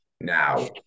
now